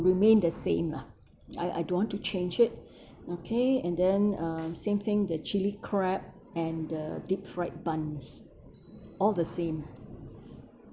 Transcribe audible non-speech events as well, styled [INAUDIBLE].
remained the same lah I I don't want to change it [BREATH] okay and then um same thing the chili crab and the deep fried buns all the same